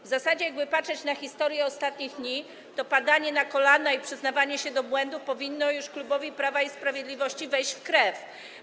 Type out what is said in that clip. W zasadzie gdyby patrzeć na historię ostatnich dni, to padanie na kolana i przyznawanie się do błędów powinno już klubowi Prawo i Sprawiedliwość wejść w krew.